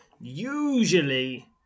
Usually